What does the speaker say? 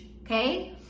okay